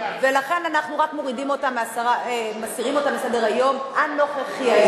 ולכן אנחנו רק מסירים אותה מסדר-היום הנוכחי,